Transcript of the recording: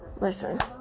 listen